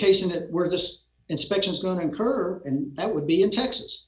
case in it were just inspections going to occur and that would be in texas